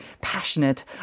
passionate